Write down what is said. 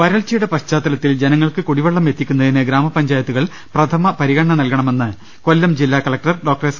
വരൾച്ചയുടെ പശ്ചാത്തലത്തിൽ ജനങ്ങൾക്ക് കുടിവെള്ളം എത്തിക്കുന്നതിന് ഗ്രാമപഞ്ചായത്തുകൾ പ്രഥമ പരിഗണന നൽകണമെന്ന് കൊല്ലം ജില്ലാ കലക്ടർ ഡോ എസ്